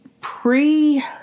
pre